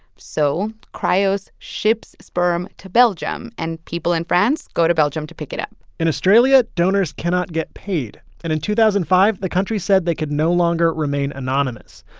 so cryos ships sperm to belgium, and people in france go to belgium to pick it up in australia, donors cannot get paid. and in two thousand and five, the country said they could no longer remain anonymous.